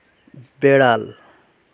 বেড়াল